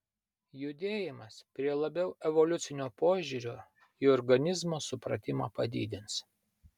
judėjimas prie labiau evoliucinio požiūrio į organizmus supratimą padidins